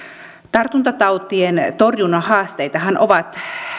tartuntatautien torjunnan haasteitahan ovat